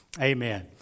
Amen